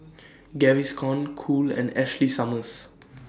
Gaviscon Cool and Ashley Summers